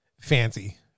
fancy